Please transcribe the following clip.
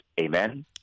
Amen